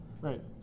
Right